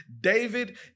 David